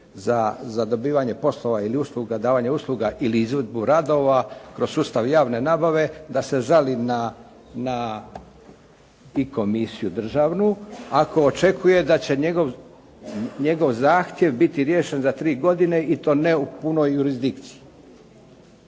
za dobivanje poslova ili usluga, davanje usluga ili izvedbu radova kroz sustav javne nabave da se žali na i komisiju državnu ako očekuje da će njegov zahtjev biti riješen za 3 godine i to ne u punoj jurisdikciji.